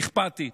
אכפתית,